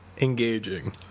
engaging